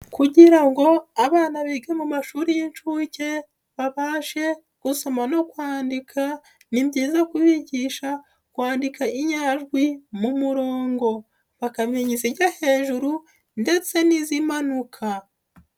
Kugira ngo abana biga mu mashuri y'inshuke babashe gusoma no kwandika, ni byiza kubigisha kwandika inyajwi mu murongo. Bakamenya izijya hejuru ndetse n'izimanuka.